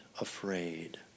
afraid